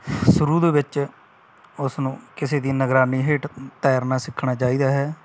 ਸ਼ੁਰੂ ਦੇ ਵਿੱਚ ਉਸਨੂੰ ਕਿਸੇ ਦੀ ਨਿਗਰਾਨੀ ਹੇਠ ਤੈਰਨਾ ਸਿੱਖਣਾ ਚਾਹੀਦਾ ਹੈ